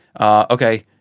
Okay